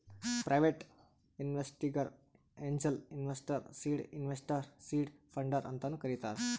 private ಇನ್ವೆಸ್ಟರ್ಗ angel investor, seed investor, seed funder ಅಂತಾನು ಕರಿತಾರ್